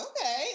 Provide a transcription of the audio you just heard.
okay